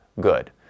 good